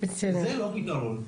זה לא פתרון,